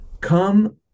come